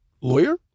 lawyer